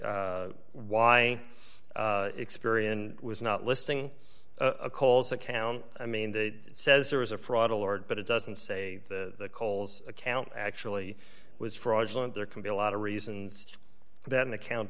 this why experian was not listing a coles account i mean that says there was a fraud alert but it doesn't say the coles account actually was fraudulent there can be a lot of reasons that an account